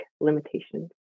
limitations